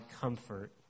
comfort